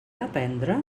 aprendre